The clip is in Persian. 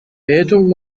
بهتون